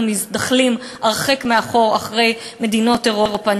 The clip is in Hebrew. מזדחלים הרחק מאחור אחרי מדינות אירופה,